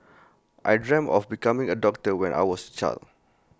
I dreamt of becoming A doctor when I was A child